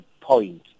point